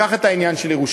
קח את העניין של ירושלים,